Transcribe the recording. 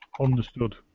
Understood